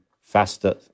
faster